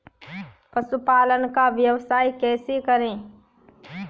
पशुपालन का व्यवसाय कैसे करें?